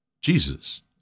Jesus